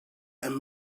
and